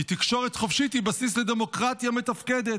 כי תקשורת חופשית היא בסיס לדמוקרטיה מתפקדת.